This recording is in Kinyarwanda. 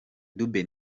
dube